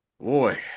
boy